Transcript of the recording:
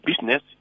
business